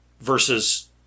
versus